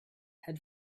had